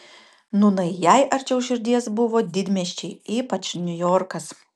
nūnai jai arčiau širdies buvo didmiesčiai ypač niujorkas